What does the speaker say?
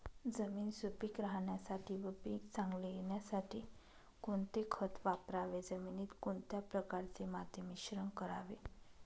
जमीन सुपिक राहण्यासाठी व पीक चांगले येण्यासाठी कोणते खत वापरावे? जमिनीत कोणत्या प्रकारचे माती मिश्रण करावे?